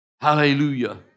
Hallelujah